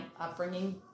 upbringing